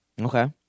Okay